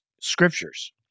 scriptures